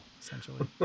essentially